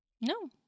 No